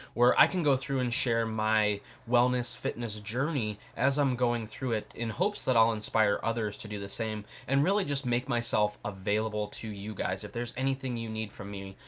where i can go through and share my wellness, fitness, journey as i'm going through it in hopes that i'll inspire others to do the same. and really, just make myself available to you guys. if there's anything you need from me,